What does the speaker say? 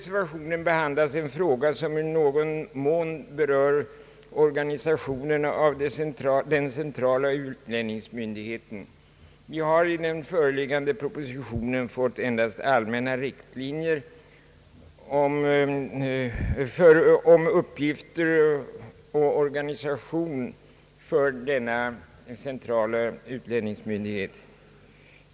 som i någon mån berör organisationen av den centrala utlänningsmyndigheten. Den föreliggande propositionen ger endast allmänna riktlinjer beträffande denna myndighets uppgifter och organisation.